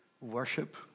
worship